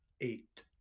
eight